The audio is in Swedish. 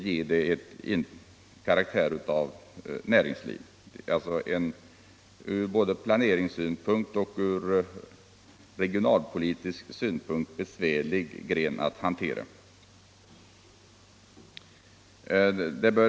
Detta är alltså en gren som det ur både planeringssynpunkt och regionalpolitisk synpunkt är besvärligt att hantera.